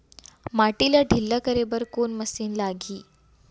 माटी ला ढिल्ला करे बर कोन मशीन लागही?